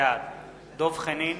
בעד דב חנין,